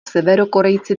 severokorejci